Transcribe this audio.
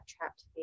trapped